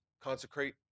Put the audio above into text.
Consecrate